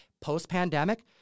Post-pandemic